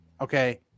Okay